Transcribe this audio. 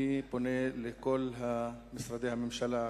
אני פונה לכל משרדי הממשלה,